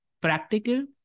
practical